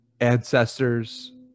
ancestors